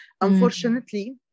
Unfortunately